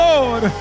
Lord